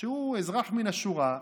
שהוא אזרח מן השורה,